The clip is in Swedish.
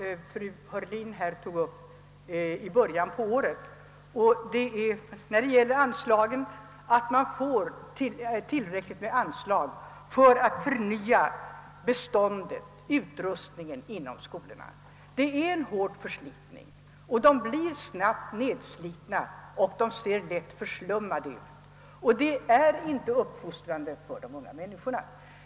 Fru Heurlin tog i början av detta år upp frågan om anslag för att få till stånd en förnyelse av utrustningsbeståndet inom skolorna. Det sker där en hård förslitning. Skolorna blir snabbt nedgångna och får ett förslummat utseende. Detta verkar inte uppfostrande på de unga människorna.